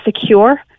secure